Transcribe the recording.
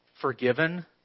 forgiven